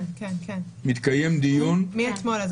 כן, מאתמול.